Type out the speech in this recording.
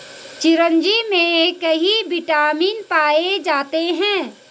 चिरोंजी में कई विटामिन पाए जाते हैं